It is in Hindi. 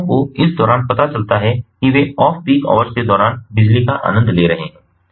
उपभोक्ताओं को इस दौरान पता चलता है कि वे ऑफ पीक आवर्स के दौरान बिजली का आनंद ले रहे हैं